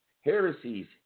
heresies